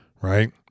right